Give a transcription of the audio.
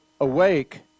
awake